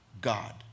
God